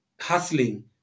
hustling